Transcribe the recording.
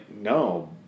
no